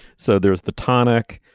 so there's the tonic.